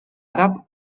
àrab